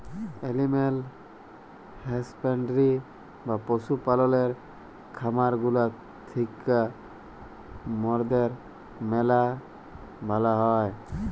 animal husbandry বা পশু পাললের খামার গুলা থিক্যা মরদের ম্যালা ভালা হ্যয়